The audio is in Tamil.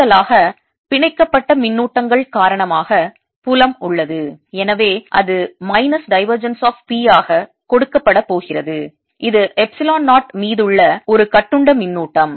கூடுதலாக பிணைக்கப்பட்ட மின்னூட்டங்கள் காரணமாக புலம் உள்ளது எனவே அது மைனஸ் divergence of P ஆக கொடுக்கப்படப் போகிறது இது எப்சிலோன் 0 மீதுள்ள ஒரு கட்டுண்ட மின்னூட்டம்